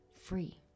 free